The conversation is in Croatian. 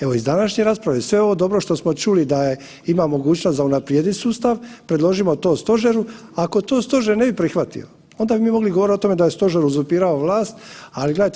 Evo, iz današnje rasprave, sve ovo dobro što smo čuli da je, imamo mogućnost za unaprijediti sustav, predložimo to Stožeru, ako to Stožer ne bi prihvatio, onda bi mi mogli govoriti o tome da je Stožer uzurpirao vlast, ali gledajte.